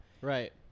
Right